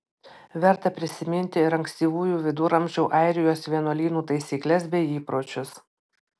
verta prisiminti ir ankstyvųjų viduramžių airijos vienuolynų taisykles bei įpročius